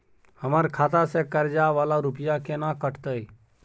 हमर खाता से कर्जा वाला रुपिया केना कटते?